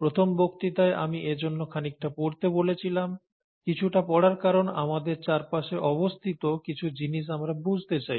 প্রথম বক্তৃতায় আমি এজন্য খানিকটা পড়তে বলেছিলাম কিছুটা পড়ার কারণ আমাদের চারপাশে অবস্থিত কিছু জিনিস আমরা বুঝতে চাই